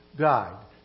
died